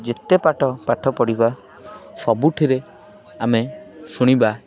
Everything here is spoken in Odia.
ଯେତେ ପାଠ ପାଠ ପଢ଼ିବା ସବୁଠିରେ ଆମେ ଶୁଣିବା